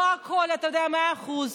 אתה יודע, לא הכול מאה אחוז.